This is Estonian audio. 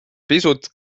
pisut